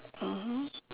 (uh huh)